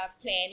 plan